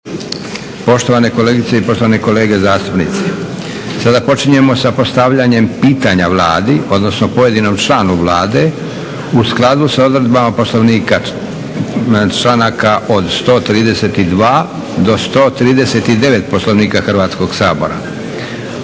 Poštovane kolegice i poštovani kolege zastupnici, sada počinjemo sa postavljanjem pitanja Vladi, odnosno pojedinom članu Vlade u skladu sa odredbama Poslovnika, članaka od 132. do 139. Poslovnika Hrvatskog sabora.